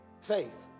faith